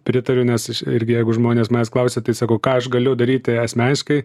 pritariu nes aš irgi jeigu žmonės manęs klausia tai sakau ką aš galiu daryti asmeniškai